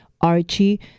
Archie